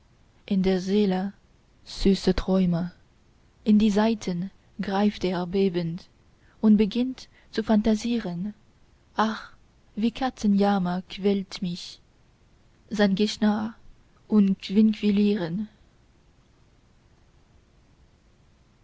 in der seele süße träume in die saiten greift er bebend und beginnt zu phantasieren ach wie katzenjammer quält mich sein geschnarr und